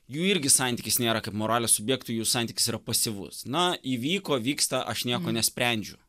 jų irgi santykis nėra kaip moralės subjektų jų santykis yra pasyvus na įvyko vyksta aš nieko nesprendžiu